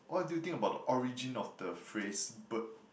what do you think about the origin of the phrase bird